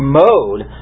mode